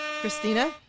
Christina